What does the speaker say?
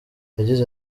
yagize